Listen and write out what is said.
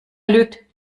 lügt